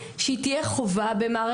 אם זה יבוא מהוועדה,